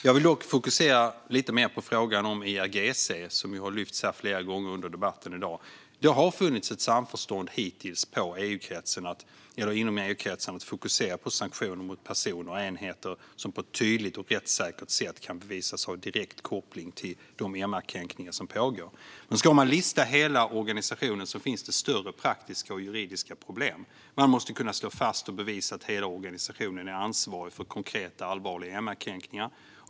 Jag vill dock fokusera lite mer på frågan om IRGC, som har lyfts fram här flera gånger i debatten. Det har funnits ett samförstånd hittills inom EU-kretsen att fokusera på sanktioner mot personer och enheter som på ett tydligt och rättssäkert sätt kan bevisas ha en direkt koppling till de MR-kränkningar som pågår. Men om man ska lista hela organisationen finns det större praktiska och juridiska problem. Man måste kunna slå fast och bevisa att hela organisationen är ansvarig för konkreta och allvarliga MR-kränkningar.